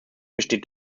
besteht